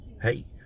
Hey